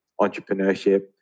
entrepreneurship